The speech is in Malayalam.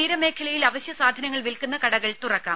തീരമേഖലയിൽ അവശ്യ സാധനങ്ങൾ വിൽക്കുന്ന കടകൾ തുറക്കാം